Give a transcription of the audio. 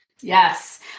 Yes